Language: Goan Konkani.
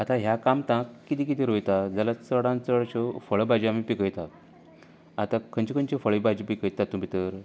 आता ह्या कामतांक कितें कितें रोयता जाल्यार चडांत चड अश्यो फळ भाजयो आमी पिकयतात आता खंयच्यो खंयच्यो फळ भाजी पिकयतात तातूंत भितर